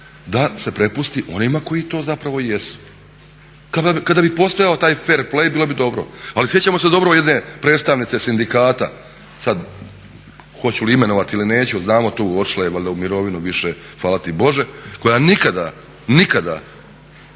da se prepusti onima koji to zapravo jesu. Kada bi postojao taj fair play bilo bi dobro. Ali sjećamo se dobro jedne predstavnice sindikata, sada hoću li imenovati ili neću znamo tu otišla je valjda u mirovinu više, hvala ti Bože, koja nikada, nikada